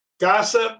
gossip